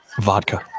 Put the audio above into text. Vodka